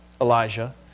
Elijah